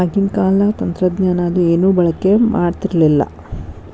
ಆಗಿನ ಕಾಲದಾಗ ತಂತ್ರಜ್ಞಾನ ಅದು ಏನು ಬಳಕೆ ಮಾಡತಿರ್ಲಿಲ್ಲಾ